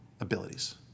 Abilities